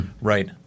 Right